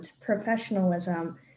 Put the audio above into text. professionalism